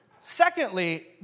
Secondly